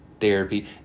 therapy